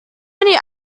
many